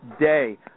day